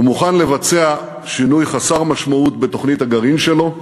הוא מוכן לבצע שינוי חסר משמעות בתוכנית הגרעין שלו,